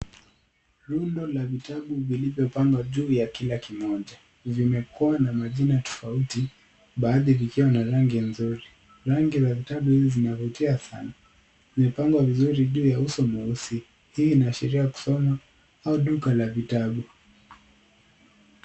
Rundo la vitabu vilivyopangwa juu ya kila kimoja. Vimekuwa na majina tofauti, baadhi vikiwa na rangi nzuri . Rangi ya vitabu hizi inavutia sana. Vimepangwa vizuri juu ya uso mweusi. Hii inaashiria kusoma au duka la vitabu.